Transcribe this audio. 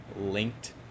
linked